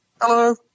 Hello